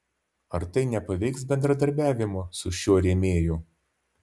ar tai nepaveiks bendradarbiavimo su šiuo rėmėju